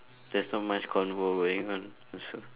there's not much convo going on also